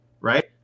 right